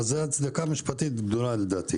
לדעתי